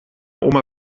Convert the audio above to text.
oma